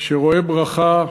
שרואה ברכה.